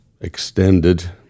extended